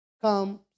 come